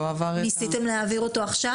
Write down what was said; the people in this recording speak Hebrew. הוא לא עבר את ה --- ניסיתם להעביר אותו עכשיו?